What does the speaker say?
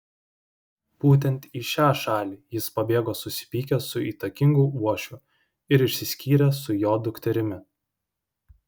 būtent į šią šalį jis pabėgo susipykęs su įtakingu uošviu ir išsiskyręs su jo dukterimi